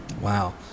Wow